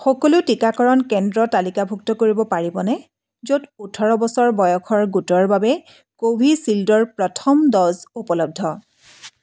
সকলো টীকাকৰণ কেন্দ্ৰ তালিকাভুক্ত কৰিব পাৰিবনে য'ত ওঁঠৰ বছৰ বয়সৰ গোটৰ বাবে কোভিচিল্ডৰ প্ৰথম ড'জ উপলব্ধ